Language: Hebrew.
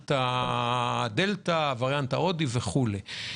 וריאנט הדלתא, הווריאנט ההודי וכדומה.